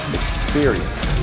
experience